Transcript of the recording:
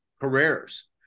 careers